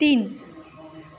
तिन